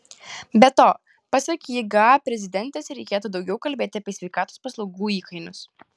be to pasak jga prezidentės reikėtų daugiau kalbėti apie sveikatos paslaugų įkainius